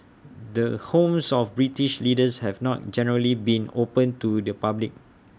the homes of British leaders have not generally been open to the public